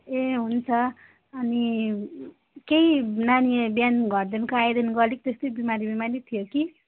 ए हुन्छ अनि केही नानी बिहान घरदेखिको आएदेखिको अलिक त्यस्तै बिमारी बिमारी थियो कि